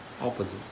opposite